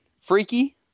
freaky